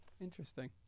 interesting